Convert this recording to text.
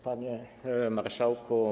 Panie Marszałku!